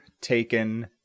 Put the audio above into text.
taken